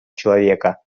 человека